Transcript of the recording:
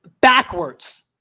backwards